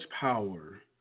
power